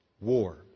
War